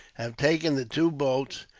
have taken the two boats,